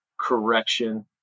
correction